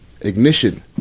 ignition